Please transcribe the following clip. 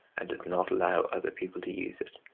and does not allow other people to use it,